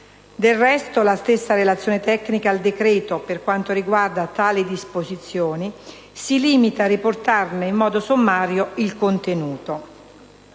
Del resto, la stessa relazione tecnica al decreto, per quanto riguarda tali disposizioni, si limita a riportarne in modo sommario il contenuto.